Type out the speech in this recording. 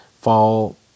fall